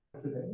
today